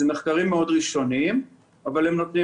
אלה מחקרים מאוד ראשוניים אבל הם כן נותנים